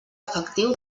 efectiu